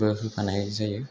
बो होफानाय जायो